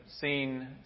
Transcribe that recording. seen